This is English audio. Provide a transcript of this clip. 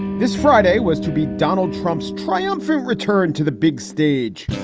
this friday was to be donald trump's triumphant return to the big stage.